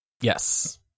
Yes